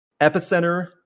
epicenter